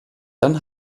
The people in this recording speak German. dann